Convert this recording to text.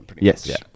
Yes